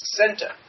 center